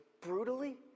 brutally